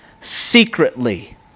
secretly